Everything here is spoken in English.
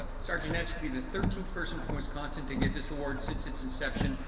ah sergeant knetz will be the thirteenth person from wisconsin to get this award since its inception,